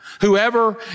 Whoever